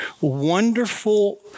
wonderful